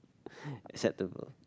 acceptable